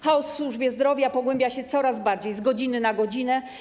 Chaos w służbie zdrowia pogłębia się coraz bardziej, z godziny na godzinę.